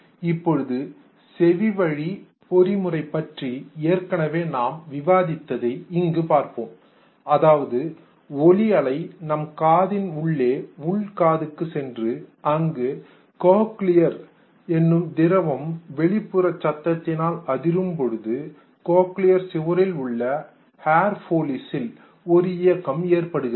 இப்பொழுது செவிவழி பொறிமுறை பற்றி ஏற்கனவே நாம் விவாதித்ததை இங்கு பார்ப்போம் அதாவது ஒலி அலை நம் காதின் வழியே உள் காதுக்கு சென்று அங்கு கோக்லியரில் வால் நரம்பு உள்ள திரவம் வெளிப்புற சத்தத்தினால் அதிரும் பொழுது கோக்லியர் சுவரில் உள்ள ஹேர் போலிசில் ஒரு இயக்கம் ஏற்படுகிறது